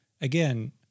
again